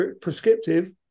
prescriptive